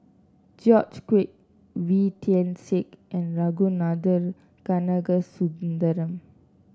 George Quek Wee Tian Siak and Ragunathar Kanagasuntheram